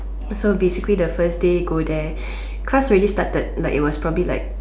so basically the first day go there class already started like it was probably like